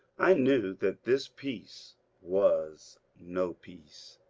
i knew that this peace was no peace.